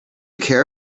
care